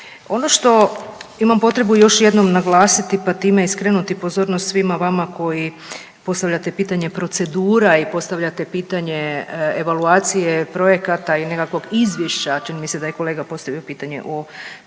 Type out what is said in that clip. Ono što imam potrebu još jednom naglasiti pa time i skrenuti pozornost svima vama koji postavljate pitanja procedura i postavljate pitanje evaluacije projekata i nekakvog izvješća čini mi se da je kolega postavio pitanje o dakle